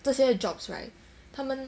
这些 jobs right 他们